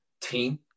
team